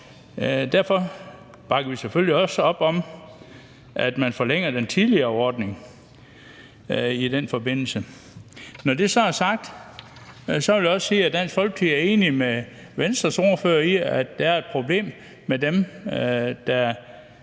derfor bakker vi selvfølgelig også op om, at man forlænger den tidligere ordning i den forbindelse. Når det så er sagt, vil jeg også sige, at Dansk Folkeparti er enig med Venstres ordfører i, at der er et problem med de